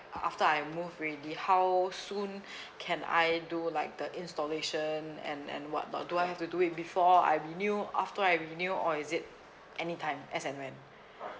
uh after I move already how soon can I I do like the installation and and whatnot do I have to do it before I renew after I renew or is it anytime as and when